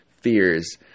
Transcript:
fears